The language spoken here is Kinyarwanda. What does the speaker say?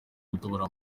gutobora